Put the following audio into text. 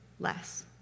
less